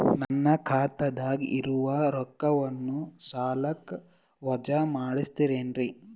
ನನ್ನ ಖಾತಗ ಇರುವ ರೊಕ್ಕವನ್ನು ಸಾಲಕ್ಕ ವಜಾ ಮಾಡ್ತಿರೆನ್ರಿ?